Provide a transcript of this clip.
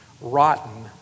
rotten